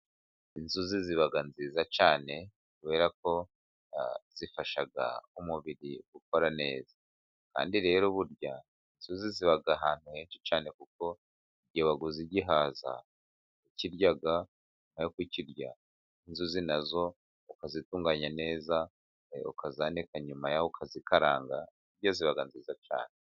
Inzuzi ziba nziza cyane kubera ko zifasha umubiri gukora neza, kandi rero burya inzuzi ziba ahantu henshi cyane kuko iyo waguze igihaza urakirya, nyuma yo kukirya inzuzi nazo ukazitunganya neza, ukazanika, nyuma yaho ukazikaranga burya ziba nziza cyane.